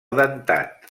dentat